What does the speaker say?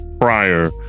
prior